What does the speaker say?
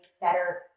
better